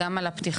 גם על הפתיחה,